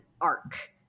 arc